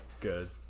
Good